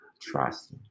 trust